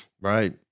Right